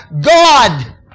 God